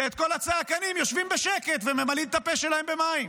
כל הצעקנים יושבים בשקט וממלאים את הפה שלהם במים.